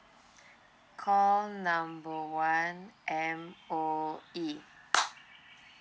call number one M_O_E